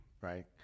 Right